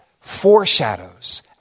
foreshadows